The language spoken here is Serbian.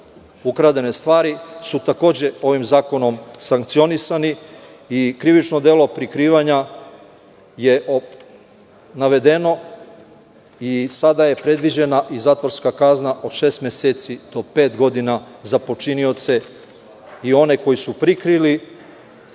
ukradene stvari su takođe, ovim zakonom sankcionisani i krivično delo prikrivanja je navedeno. Sada je predviđena i zatvorska kazna od šest meseci do pet godina za počinioce i one koji su prikrili